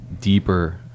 deeper